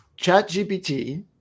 ChatGPT